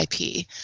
ip